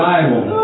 Bible